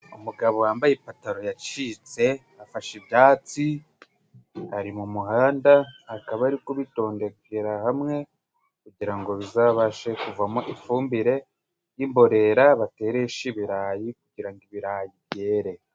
Umugabo wambaye ipataro yacitse, afashe ibyatsi ari mu muhanda, akaba ari kubitondeka hamwe kugirango bizabashe kuvamo ifumbire y'imborera, bateresha ibirayi kugira ngo ibiragere.